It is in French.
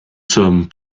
sommes